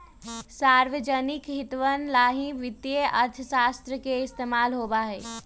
सार्वजनिक हितवन ला ही वित्तीय अर्थशास्त्र के इस्तेमाल होबा हई